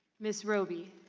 ms. roby?